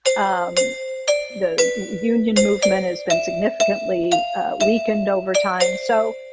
um the union movement has been significantly weakened over time. so,